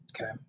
Okay